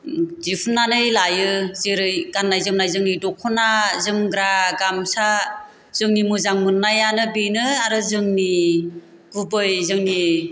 दिहुनानै लायो जेरै गान्नाय जोमनाय जोंनि दख'ना जोमग्रा गामसा जोंनि मोजां मोन्नायानो बेनो आरो जोंनि गुबै जोंनि